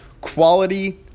quality